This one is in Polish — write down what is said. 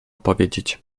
powiedzieć